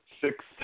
Six